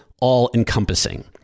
all-encompassing